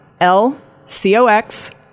lcox